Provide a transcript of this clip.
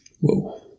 Whoa